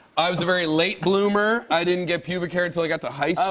i was a very late bloomer. i didn't get pubic hair until i got to high so